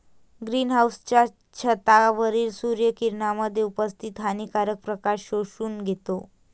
green हाउसच्या छतावरील सूर्य किरणांमध्ये उपस्थित हानिकारक प्रकाश शोषून घेतो